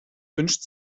wünscht